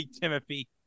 Timothy